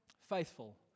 Faithful